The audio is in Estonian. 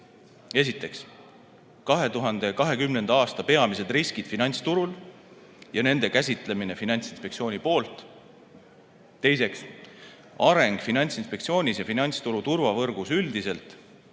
Esiteks, 2020. aasta peamised riskid finantsturul ja nende käsitlemine Finantsinspektsiooni poolt. Teiseks, areng Finantsinspektsioonis ja finantsturu turvavõrgus üldiselt.